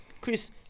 Chris